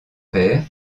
père